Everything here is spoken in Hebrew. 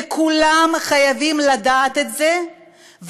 וכולם חייבים לדעת את זה,